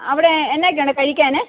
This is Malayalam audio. അവിടെ എന്നാക്കെ ഉണ്ട് കഴിക്കാൻ